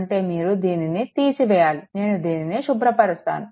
అంటే మీరు దీనిని తీసివేయాలి నేను దీనిని శుభ్రపరుస్తాను